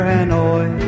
Hanoi